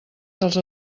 dels